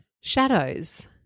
shadows